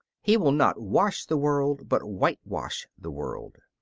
he will not wash the world, but whitewash the world.